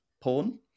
porn